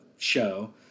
show